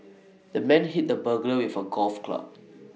the man hit the burglar with A golf club